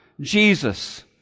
jesus